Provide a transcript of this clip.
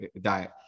diet